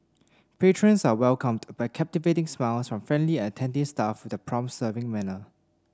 patrons are welcomed by captivating smiles from friendly and attentive staff with the prompt serving manner